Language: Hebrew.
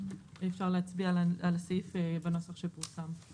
ואפשר להצביע על הסעיף בנוסח שפורסם.